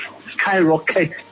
skyrocket